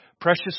precious